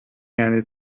یعنی